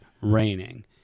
raining